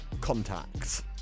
contacts